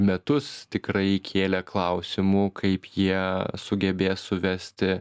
metus tikrai kėlė klausimų kaip jie sugebės suvesti